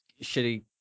shitty